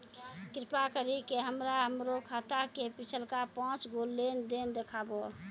कृपा करि के हमरा हमरो खाता के पिछलका पांच गो लेन देन देखाबो